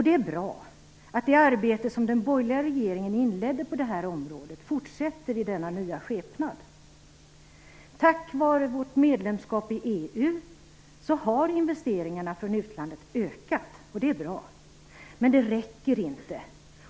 Det är bra att det arbete som den borgerliga regeringen inledde på det här området fortsätter i denna nya skepnad. Tack vare vårt medlemskap i EU har investeringarna från utlandet ökat. Det är bra, men det räcker inte.